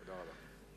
תודה רבה.